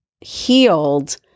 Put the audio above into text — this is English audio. healed